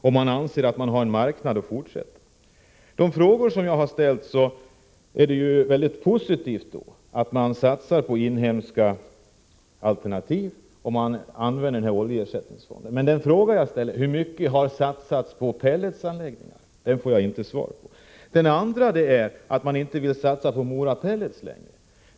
Det anses alltså finnas en marknad så att man kan fortsätta. Beträffande de frågor som jag ställde, tycker jag det är väldigt positivt att man satsar på inhemska alternativ och att man använder oljeersättningsfonden. Men den fråga jag ställde om hur mycket som har satsats på pelletsanläggningar får jag inget svar på. Den andra frågan gällde om regeringen inte längre vill satsa på Mora Pellets.